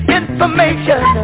information